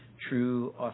true